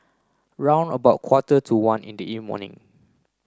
round about quarter to one in the morning